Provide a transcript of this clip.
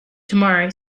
tomorrow